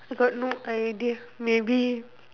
I got no idea maybe